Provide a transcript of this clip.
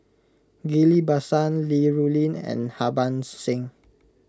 Ghillie Basan Li Rulin and Harbans Singh